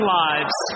lives